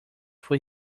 foi